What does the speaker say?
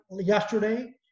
yesterday